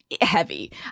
heavy